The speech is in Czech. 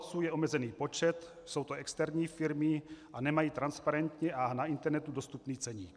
Dohodců je omezený počet, jsou to externí firmy a nemají transparentní a na internetu dostupný ceník.